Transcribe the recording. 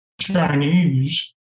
Chinese